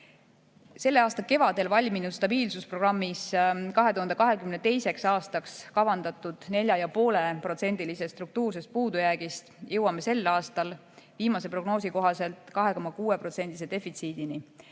Selle aasta kevadel valminud stabiilsusprogrammis 2022. aastaks kavandatud 4,5%-lisest struktuursest puudujäägist jõuame sel aastal viimase prognoosi kohaselt 2,6%‑lise defitsiidini.